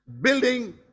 building